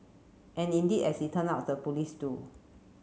and indeed as it turn out the police do